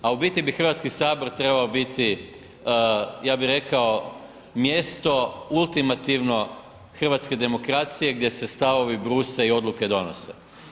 A u biti bi Hrvatski sabor trebao biti ja bih rekao mjesto ultimativno hrvatske demokracije gdje se stavovi bruse i odluke donose.